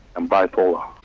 i'm bipolar.